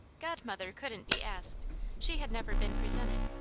godmother couldn't be asked she had never been presented,